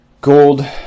Gold